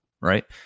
right